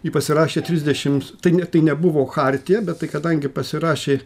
jį pasirašė trisdešims tai ne tai nebuvo chartija bet tai kadangi pasirašė